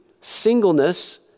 singleness